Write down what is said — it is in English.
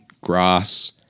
grass